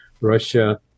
russia